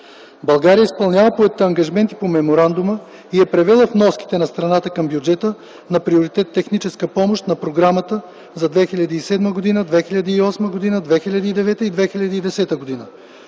България изпълнява поетите ангажименти по Меморандума и е превела вноските на страната към бюджета на приоритет „Техническа помощ” на програмата за 2007 г., 2008 г., 2009 г. и 2010 г.